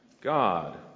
God